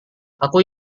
aku